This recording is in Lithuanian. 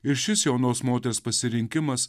ir šis jaunos moters pasirinkimas